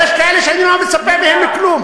יש כאלה שאני לא מצפה מהם כלום.